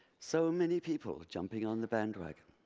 so many people jumping on the bandwagon.